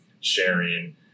sharing